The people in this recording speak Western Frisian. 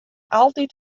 altyd